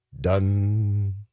done